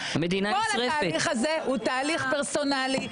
כל התהליך הזה הוא תהליך פרסונלי.